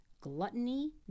gluttony